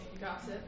gossip